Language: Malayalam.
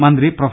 മന്ത്രി പ്രൊഫ